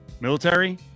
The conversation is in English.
military